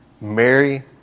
Mary